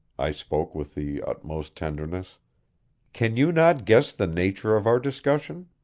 i spoke with the utmost tenderness can you not guess the nature of our discussion?